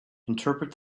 interpret